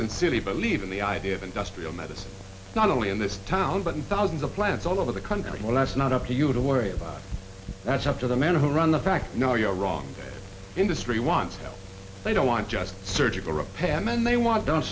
sincerely believe in the idea of industrial medicine not only in this town but in thousands of plants all over the country well that's not up to you to worry about that's up to the men who run the fact no you're wrong industry want they don't want just surgical repairmen they want don't